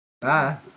Bye